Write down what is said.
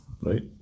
right